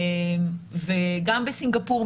גם בסינגפור,